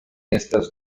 estas